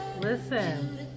listen